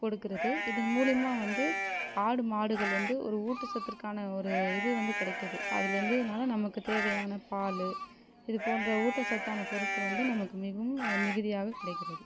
கொடுக்கிறது இதன் மூலயமா வந்து ஆடு மாடுகள் வந்து ஒரு ஊட்டச்சத்திற்கான ஒரு இது வந்து கிடைக்குது அதிலேயிருந்து நமக்கு தேவையான பால் இது போன்ற ஊட்டசத்தான பொருட்கள் வந்து நமக்கு மிகவும் மிகுதியாக கிடைக்கிறது